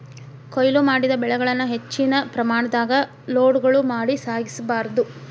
ಕೋಯ್ಲು ಮಾಡಿದ ಬೆಳೆಗಳನ್ನ ಹೆಚ್ಚಿನ ಪ್ರಮಾಣದಾಗ ಲೋಡ್ಗಳು ಮಾಡಿ ಸಾಗಿಸ ಬಾರ್ದು